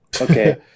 Okay